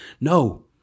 No